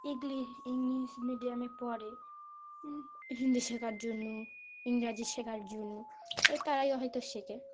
ইল English মিডিয়ামে পড়ে হিন্দি শেখার জন্য ইংরাজি শেখার জন্য ওই তারাই হয়তো শেখে